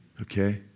Okay